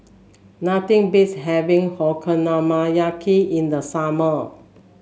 nothing beats having Okonomiyaki in the summer